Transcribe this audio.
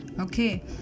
Okay